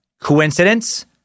Coincidence